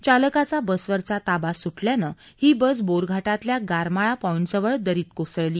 चालकाचा बसवरचा ताबा सुटल्यान ही बस बोरघाटातल्या गारमाळा पॉईंटजवळ दरीत कोसळली